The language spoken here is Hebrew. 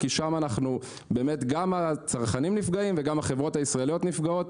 כי שם גם הצרכנים נפגעים וגם החברות הישראליות נפגעות.